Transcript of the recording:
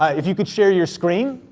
if you could share your screen,